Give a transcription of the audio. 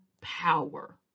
power